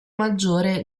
maggiore